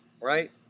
right